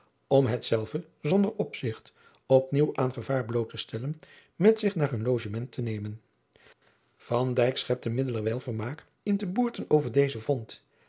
om hetzelve zonder opzigt op nieuw aan gevaar bloot te stellen met zich naar hun logement te nemen van dijk schepte middelerwij vermaak in te boerten over dezen vond